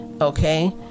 Okay